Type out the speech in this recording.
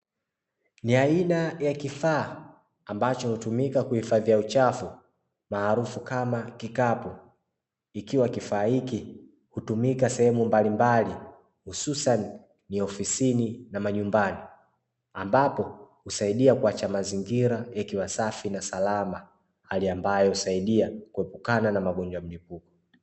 Ni aina ya kifaa ambacho hutumika kuhifadhia uchafu maarufu kama kikapu, ikiwa kifaa hiki hutumika sehemu mbalimbali hususani ofisini na majumbani, ambapo husaidia kuacha mazingira yakiwa safi na salama, hali ambayo husaidia kuepukana na magonjwa mengi.